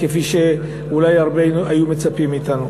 כפי שהרבה אולי היו מצפים מאתנו.